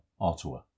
Ottawa